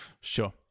sure